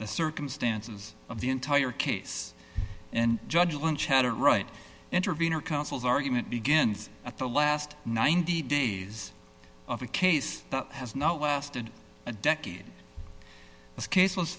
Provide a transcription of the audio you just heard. the circumstances of the entire case and judge lynch had it right intervenor counsel's argument begins at the last ninety days of a case that has not lasted a decade this case was